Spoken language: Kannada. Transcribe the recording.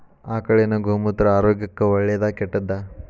ಆಕಳಿನ ಗೋಮೂತ್ರ ಆರೋಗ್ಯಕ್ಕ ಒಳ್ಳೆದಾ ಕೆಟ್ಟದಾ?